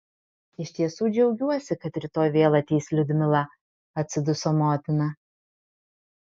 iš tiesų džiaugiuosi kad rytoj vėl ateis liudmila atsiduso motina